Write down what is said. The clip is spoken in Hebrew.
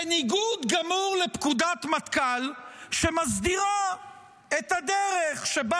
בניגוד גמור לפקודת מטכ"ל שמסדירה את הדרך שבה